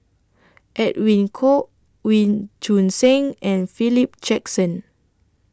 Edwin Koek Wee Choon Seng and Philip Jackson